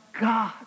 God